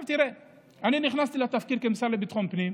כשאני נכנסתי לתפקיד כסגן לביטחון פנים,